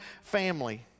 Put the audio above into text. family